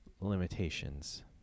Limitations